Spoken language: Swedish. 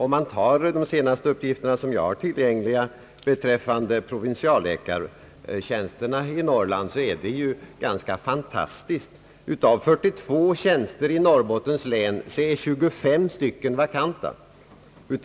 Om man ser på de senaste uppgifter som jag har tillgängliga beträffande provinsialläkartjänsterna i Norrland finner man — och det är ganska fantastiskt — att av 42 tjänster i Norrbottens län är 25 vakanta.